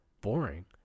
boring